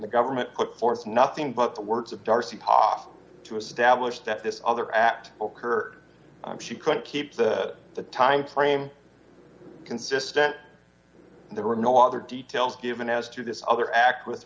the government put forth nothing but the words of darcy possible to establish that this other apt occur she could keep the timeframe consistent and there were no other details given as to this other act with